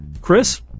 Chris